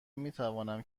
میتوانم